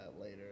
later